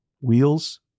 Wheels